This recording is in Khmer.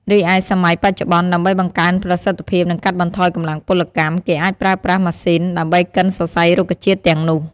រីឯសម័យបច្ចុប្បន្ន ដើម្បីបង្កើនប្រសិទ្ធភាព និងកាត់បន្ថយកម្លាំងពលកម្ម គេអាចប្រើប្រាស់ ម៉ាស៊ីន ដើម្បីកិនសរសៃរុក្ខជាតិទាំងនោះ។